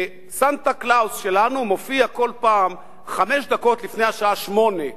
ו"סנטה קלאוס" שלנו מופיע כל פעם חמש דקות לפני השעה 20:00,